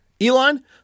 Elon